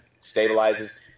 stabilizes